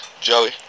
joey